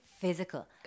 physical